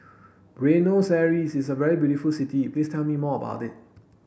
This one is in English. Buenos Aires is a very beautiful city please tell me more about it